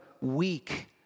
weak